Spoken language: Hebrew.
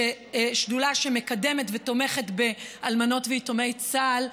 שדולה שמקדמת ותומכת באלמנות ויתומי צה"ל,